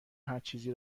هرچیزی